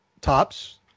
tops